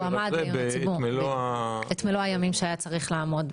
את מלוא הימים שהיה צריך לעמוד.